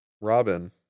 Robin